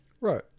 Right